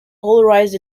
polarised